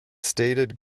stated